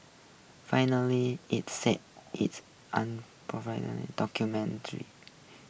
finally it said its